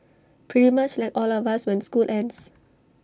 pretty much like all of us when school ends